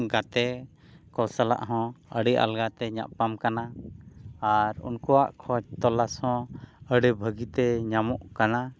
ᱜᱟᱛᱮ ᱠᱚ ᱥᱟᱞᱟᱜ ᱦᱚᱸ ᱟᱹᱰᱤ ᱟᱞᱜᱟ ᱛᱮ ᱧᱟᱯᱟᱢ ᱠᱟᱱᱟ ᱟᱨ ᱩᱱᱠᱩᱣᱟᱜ ᱠᱷᱚᱡᱽ ᱛᱚᱞᱟᱥ ᱦᱚᱸ ᱟᱹᱰᱤ ᱵᱷᱟᱹᱜᱤᱛᱮ ᱧᱟᱢᱚᱜ ᱠᱟᱱᱟ